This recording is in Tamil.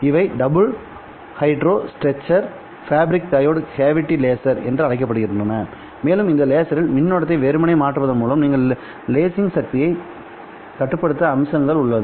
இவை double heterostructure fabric diode cavity laser என அழைக்கப்படுகின்றன மேலும் இந்த லேசரில் மின்னோட்டத்தை வெறுமனே மாற்றுவதன் மூலம் நீங்கள் லேசிங் சக்தியைக் கட்டுப்படுத்தக்கூடிய அம்சங்கள் உள்ளது